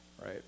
right